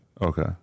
Okay